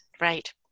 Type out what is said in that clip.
right